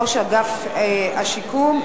ראש אגף השיקום),